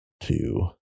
two